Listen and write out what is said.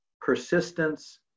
persistence